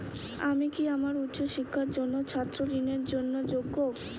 আমি কি আমার উচ্চ শিক্ষার জন্য ছাত্র ঋণের জন্য যোগ্য?